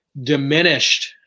diminished